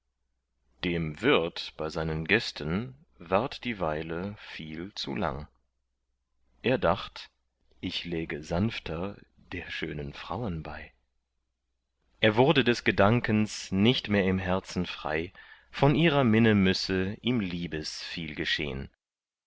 dem wirt bei seinen gästen ward die weile viel zu lang er dacht ich läge sanfter der schönen frauen bei er wurde des gedankens nicht mehr im herzen frei von ihrer minne müsse ihm liebes viel geschehn